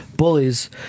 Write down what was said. Bullies